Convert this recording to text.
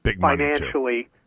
financially